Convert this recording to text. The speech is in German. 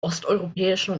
osteuropäischen